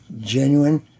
genuine